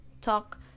talk